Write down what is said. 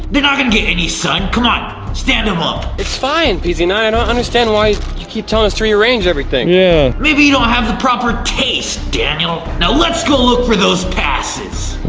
they're not gonna get any sun. come on, stand em up. it's fine, p z nine. i don't understand why you keep telling us to rearrange everything. yeah. maybe you don't have the proper taste, daniel. now let's go look for those passes.